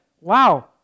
wow